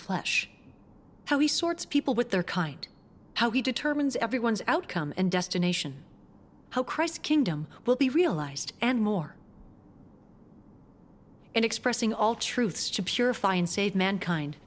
sorts people with their kind how he determines everyone's outcome and destination how christ kingdom will be realized and more and expressing all truths to purify and save mankind